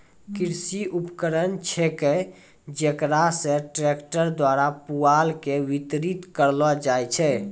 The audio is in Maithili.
कृषि उपकरण छेकै जेकरा से ट्रक्टर द्वारा पुआल के बितरित करलो जाय छै